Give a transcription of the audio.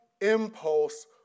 impulse